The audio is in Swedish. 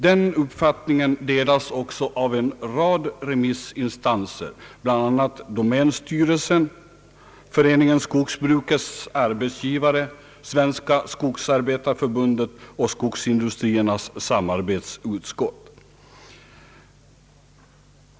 Den uppfattningen delas också av en rad remissinstanser, bland andra domänstyrelsen, Föreningen Skogsbrukets arbetsgivare, Svenska skogsarbetarförbundet och Skogsindustriernas samarbetsutskott.